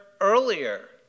earlier